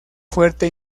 fuerte